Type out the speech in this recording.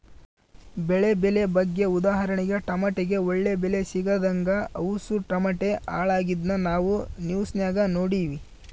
ಬೆಳೆ ಬೆಲೆ ಬಗ್ಗೆ ಉದಾಹರಣೆಗೆ ಟಮಟೆಗೆ ಒಳ್ಳೆ ಬೆಲೆ ಸಿಗದಂಗ ಅವುಸು ಟಮಟೆ ಹಾಳಾಗಿದ್ನ ನಾವು ನ್ಯೂಸ್ನಾಗ ನೋಡಿವಿ